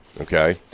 okay